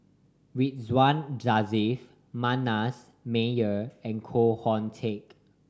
Ridzwan Dzafir Manasseh Meyer and Koh Hoon Teck